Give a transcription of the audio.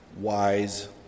wise